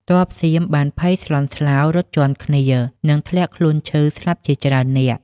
ទ័ពសៀមបានភ័យស្លន់ស្លោ រត់ជាន់គ្នា និងធ្លាក់ខ្លួនឈឺស្លាប់ជាច្រើននាក់។